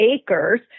acres